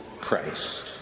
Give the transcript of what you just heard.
Christ